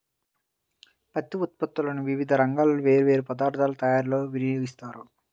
పత్తి ఉత్పత్తులను వివిధ రంగాల్లో వేర్వేరు పదార్ధాల తయారీలో వినియోగిస్తారు